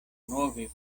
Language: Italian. nuovi